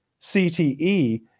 CTE